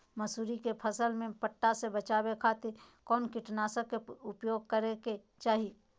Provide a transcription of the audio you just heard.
मसूरी के फसल में पट्टा से बचावे खातिर कौन कीटनाशक के उपयोग करे के चाही?